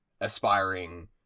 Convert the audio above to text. aspiring